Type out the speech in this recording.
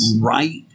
right